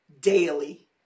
daily